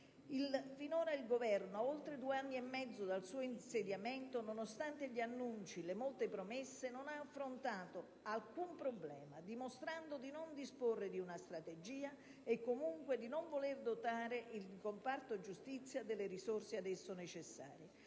Finora il Governo, ad oltre due anni e mezzo dal suo insediamento, nonostante gli annunci e le molte promesse, non ha affrontato alcun problema, dimostrando di non disporre di una strategia e comunque di non voler dotare il comparto giustizia delle risorse ad esso necessarie.